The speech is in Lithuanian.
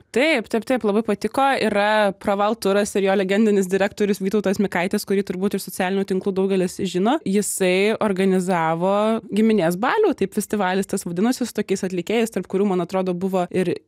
taip taip taip labai patiko yra pravalturas ir jo legendinis direktorius vytautas mikaitis kurį turbūt iš socialinių tinklų daugelis žino jisai organizavo giminės balių taip festivalis tas vadinosi su tokiais atlikėjais tarp kurių man atrodo buvo ir